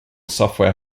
software